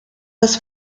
das